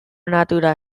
natura